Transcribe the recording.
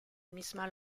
misma